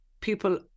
people